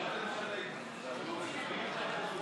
ההסתייגות (351) של קבוצת סיעת ישראל